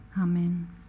Amen